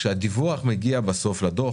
כשהדיווח מגיע בסוף לדוח